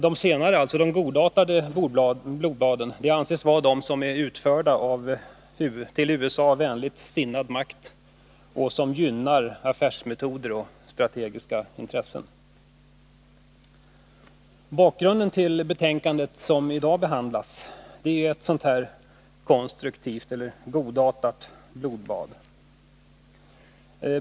De godartade blodbaden anses vara de som är utförda av till USA vänligt sinnad makt och som gynnar affärsmetoder och strategiska intressen. Bakgrunden till det betänkande som i dag behandlas är ett konstruktivt eller godartat blodbad.